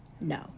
No